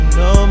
no